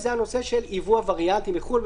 זה הנושא של ייבוא הוורייאנטים מחו"ל,